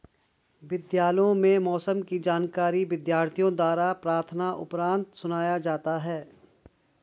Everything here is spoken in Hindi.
विद्यालयों में मौसम की जानकारी विद्यार्थियों द्वारा प्रार्थना उपरांत सुनाया जाता है